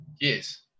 yes